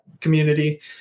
community